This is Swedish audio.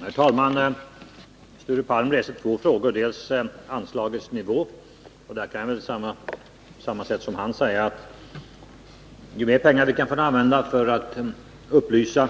Herr talman! Sture Palm reser två frågor. Den ena frågan gäller anslagets nivå, och där kan jag på samma sätt som Sture Palm säga att ju mer pengar vi kan använda för att upplysa